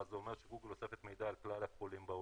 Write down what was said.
ואז זה אומר שגוגל אוספת מידע על כלל החולים בעולם.